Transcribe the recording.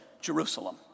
Jerusalem